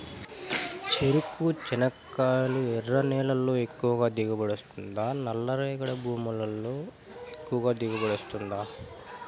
చెరకు, చెనక్కాయలు ఎర్ర నేలల్లో ఎక్కువగా దిగుబడి వస్తుందా నల్ల రేగడి భూముల్లో ఎక్కువగా దిగుబడి వస్తుందా